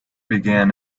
began